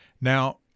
Now